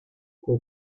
poi